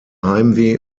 heimweh